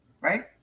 Right